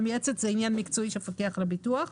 מייעצת אלא זה עניין מקצועי של המפקח על הביטוח.